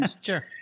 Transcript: Sure